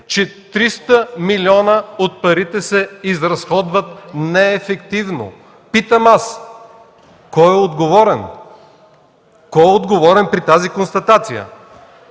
че 300 милиона от парите се изразходват неефективно. Аз питам: Кой е отговорен?! Кой е отговорен при тази констатация?!